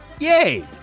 Yay